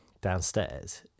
downstairs